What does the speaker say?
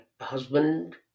husband